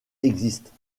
existent